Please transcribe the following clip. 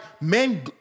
men